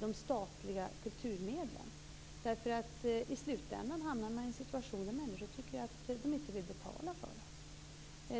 de statliga kulturmedlen. I slutändan hamnar man annars i en situation där människor tycker att de inte vill betala för det.